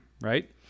right